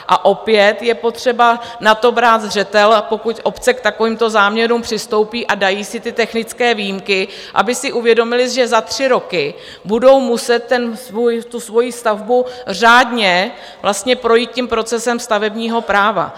A opět je potřeba na to brát zřetel, a pokud obce k takovýmto záměrům přistoupí a dají si ty technické výjimky, aby si uvědomily, že za tři roky budou muset tu svoji stavbu řádně vlastně projít procesem stavebního práva.